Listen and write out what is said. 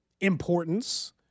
importance